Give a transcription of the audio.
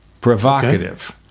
provocative